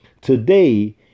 Today